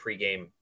pregame